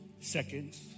seconds